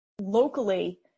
Locally